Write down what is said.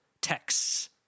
texts